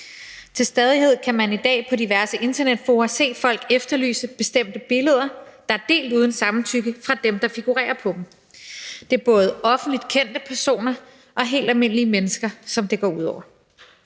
Til stadighed kan man i dag på diverse internetfora se folk efterlyse bestemte billeder, der er delt uden samtykke fra dem, der figurerer på dem. Det er både offentligt kendte personer og helt almindelige mennesker, som det går ud over.